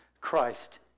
Christ